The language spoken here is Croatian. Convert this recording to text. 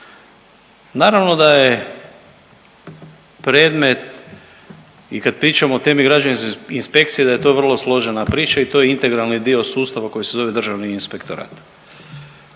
Naravno da je predmet i kad pričamo o temi građevinskih inspekcija da je to vrlo složena priča i to je integralni dio sustava koji se zove državni inspektorat.